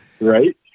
Right